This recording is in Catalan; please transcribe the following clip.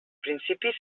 principis